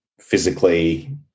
physically